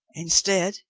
instead,